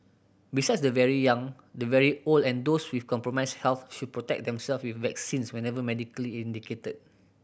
besides the very young the very old and those with compromised health should protect themselves with vaccines whenever medically indicated